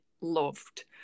loved